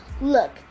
Look